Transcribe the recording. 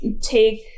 take